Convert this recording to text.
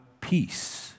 peace